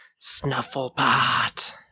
Snufflepot